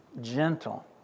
gentle